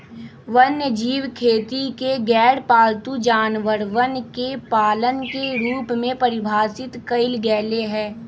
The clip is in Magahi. वन्यजीव खेती के गैरपालतू जानवरवन के पालन के रूप में परिभाषित कइल गैले है